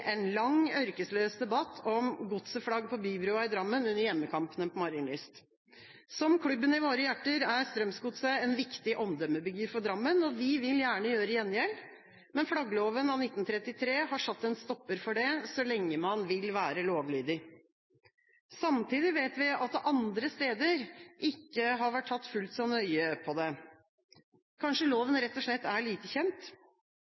en helt annen, nemlig en lang, ørkesløs debatt om Godset-flagg på bybrua i Drammen under hjemmekampene på Marienlyst. Som klubben i våre hjerter er Strømsgodset en viktig omdømmebygger for Drammen. Vi vil gjerne gjøre gjengjeld, men flaggloven av 1933 har satt en stopper for det – så lenge man vil være lovlydig. Samtidig vet vi at dette andre steder ikke har vært tatt fullt så nøye. Kanskje loven rett og slett er lite kjent?